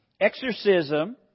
Exorcism